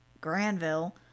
Granville